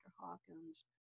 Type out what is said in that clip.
Hawkins